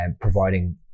providing